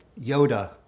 Yoda